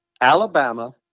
Alabama